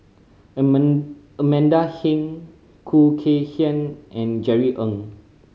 Amanda Heng Khoo Kay Hian and Jerry Ng